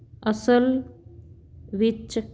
ਅਸਲ ਵਿੱਚ